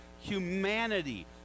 humanity